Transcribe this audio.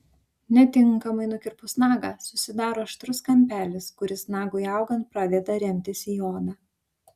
netinkamai nukirpus nagą susidaro aštrus kampelis kuris nagui augant pradeda remtis į odą